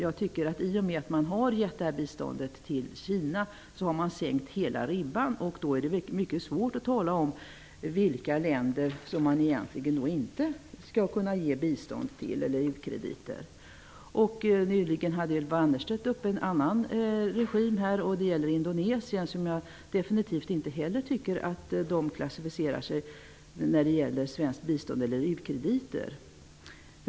Genom att man har gett bistånd till Kina har man sänkt ribban, tycker jag. Det är därför svårt att säga vilka länder man inte skall kunna ge bistånd eller U-krediter till. Ylva Annerstedt talade om Indonesien, som jag inte heller tycker kvalificerar sig när det gäller svenskt bistånd eller U-krediter.